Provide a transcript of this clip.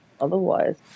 otherwise